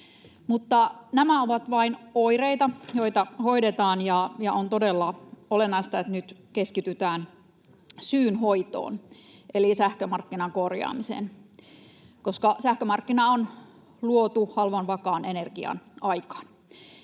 nämä ovat vain oireita, joita hoidetaan, ja on todella olennaista, että nyt keskitytään syyn hoitoon eli sähkömarkkinan korjaamiseen, koska sähkömarkkina on luotu halvan ja vakaan energian aikaan.